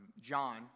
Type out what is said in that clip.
John